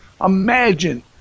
imagine